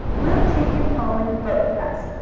we'll take him home in the boat with us,